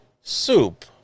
soup